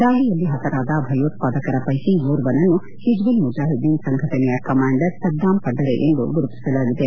ದಾಳಿಯಲ್ಲಿ ಹತರಾದ ಭಯೋತ್ವಾದಕರ ಪೈಕಿ ಓರ್ವನನ್ನು ಹಿಜ್ಬುಲ್ ಮುಜ್ಜಾಹಿದ್ದೀನ್ ಸಂಘಟನೆಯ ಕಮಾಂಡರ್ ಸದ್ದಾಂ ಪಡ್ವರೆ ಎಂದು ಗುರುತಿಸಲಾಗಿದೆ